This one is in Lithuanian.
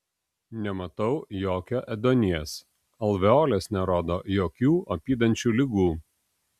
nematau jokio ėduonies alveolės nerodo jokių apydančių ligų